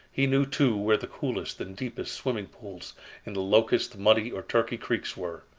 he knew, too, where the coolest and deepest swimming pools in the locust, muddy, or turkey creeks were.